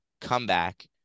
Comeback